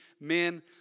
men